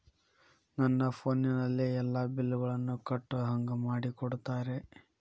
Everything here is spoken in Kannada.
ನನ್ನ ಫೋನಿನಲ್ಲೇ ಎಲ್ಲಾ ಬಿಲ್ಲುಗಳನ್ನೂ ಕಟ್ಟೋ ಹಂಗ ಮಾಡಿಕೊಡ್ತೇರಾ?